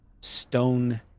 stone